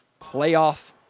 playoff